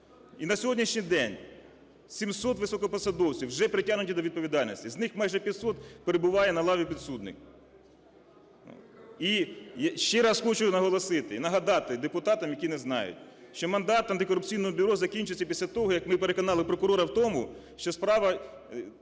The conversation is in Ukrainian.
І на сьогоднішній день 700 високопосадовців вже притягнуті до відповідальності, з них майже 500 перебуває на лаві підсудних. І ще раз хочу наголосити і нагадати депутатам, які не знають, що мандат антикорупційного бюро закінчився після того, як ми переконали прокурора в тому, що по справі